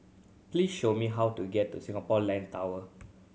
please show me how to get to Singapore Land Tower